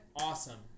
Awesome